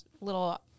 little